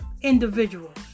individuals